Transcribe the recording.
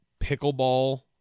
pickleball